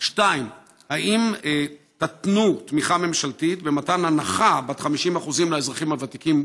2. האם תיתנו תמיכה ממשלתית במתן הנחה בת 50% לאזרחים הוותיקים,